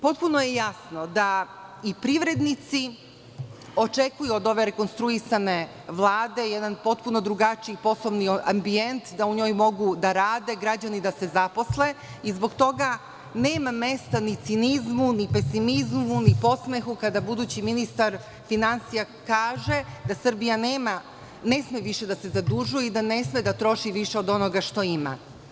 Potpuno je jasno da i privrednici očekuju od ove rekonstruisane Vlade jedan potpuno drugačiji poslovni ambijent, da u njoj mogu da rade, građani da se zaposle i zbog toga nema mesta ni cinizmu, ni pesimizmu, ni podsmehu kada budući ministar finansija kaže da Srbija ne sme više da se zadužuje i da ne sme da troši više od onoga što ima.